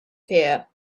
fear